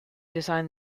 designed